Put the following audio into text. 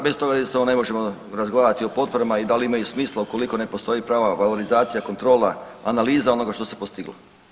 Bez toga jednostavno ne možemo razgovarati o potporama i da li imaju smisla ukoliko ne postoji prava valorizacija kontrola analiza onoga što se postiglo.